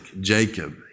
Jacob